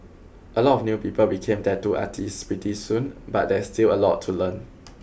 a lot of new people become tattoo artists pretty soon but there's still a lot to learn